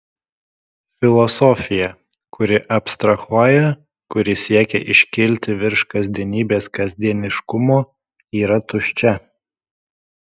filosofija kuri abstrahuoja kuri siekia iškilti virš kasdienybės kasdieniškumo yra tuščia